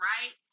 right